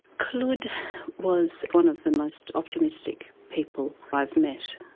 khulod was one of the most optimistic people i've met.